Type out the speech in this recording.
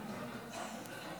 תודה.